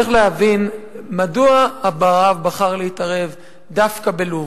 צריך להבין מדוע המערב בחר להתערב דווקא בלוב.